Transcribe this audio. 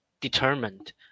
determined